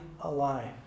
alive